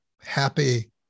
happy